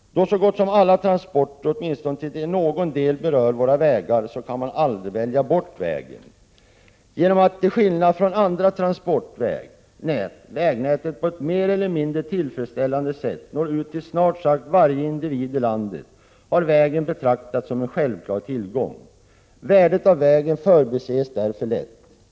Då så gott som alla transporter, åtminstone till någon del, berör våra vägar kan man aldrig välja bort vägen. Genom att, till skillnad från andra transportnät, vägnätet på ett mer eller mindre tillfredsställande sätt når ut till snart sagt varje individ i landet har vägen betraktats som en självklar tillgång. Värdet av vägen förbises därför lätt.